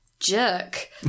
jerk